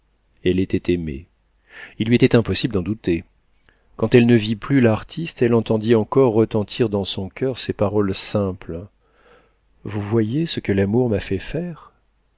elle était aimée il lui était impossible d'en douter quand elle ne vit plus l'artiste elle entendit encore retentir dans son coeur ces paroles simples vous voyez ce que l'amour m'a fait faire